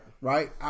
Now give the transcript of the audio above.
Right